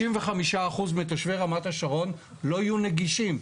65% מתושבי רמת השרון לא יהיו נגישים.